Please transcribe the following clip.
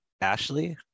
Ashley